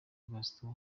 gaston